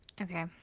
okay